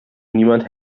niemand